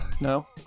no